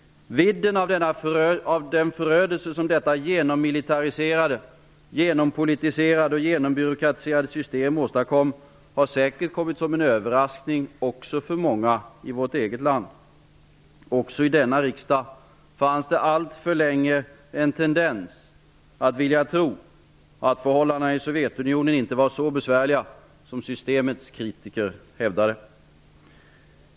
Vidden av denna förödelse som detta genommilitariserade, genompolitiserade och genombyråkratiserade system åstadkom har säkert kommit som en överraskning för många i vårt land. Också i denna riksdag fanns det alltför länge en tendens att vilja tro att förhållandena i Sovjetunionen inte var så besvärliga som systemets kritiker hävdade.